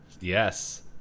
Yes